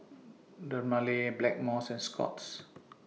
Dermale Blackmores and Scott's